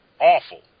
awful